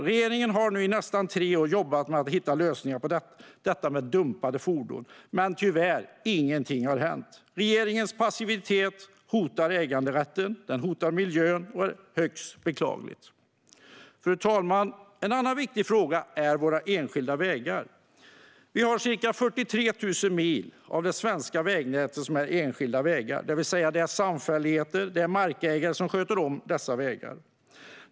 Regeringen har nu i nästan tre år jobbat med att hitta lösningar på detta med dumpade fordon, men tyvärr har ingenting hänt. Regeringens passivitet hotar äganderätten och miljön. Detta är högst beklagligt. Fru talman! En annan viktig fråga är våra enskilda vägar. Ca 43 000 mil av det svenska vägnätet är enskilda vägar. Det är samfälligheter och markägare som sköter om dessa vägar.